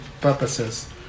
purposes